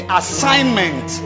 assignment